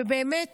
ואני באמת